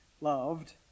loved